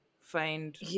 find